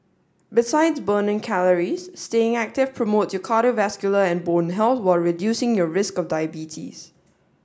besides burning calories staying active promotes cardiovascular and bone health while reducing your risk of diabetes